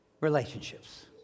relationships